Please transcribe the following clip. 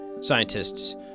scientists